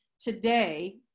today